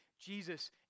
Jesus